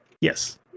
yes